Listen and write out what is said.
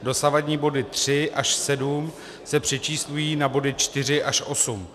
Dosavadní body 3 až 7 se přečíslují na body 4 až 8.